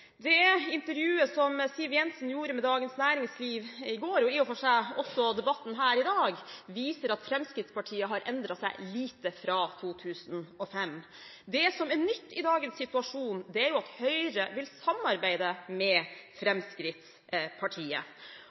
Det intervjuet som Siv Jensen gjorde med Dagens Næringsliv i går, viser – det viser i og for seg også debatten her i dag – at Fremskrittspartiet har endret seg lite fra 2005. Det som er nytt i dagens situasjon, er at Høyre vil samarbeide med Fremskrittspartiet.